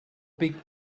big